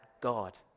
God